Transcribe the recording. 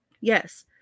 Yes